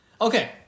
Okay